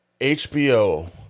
HBO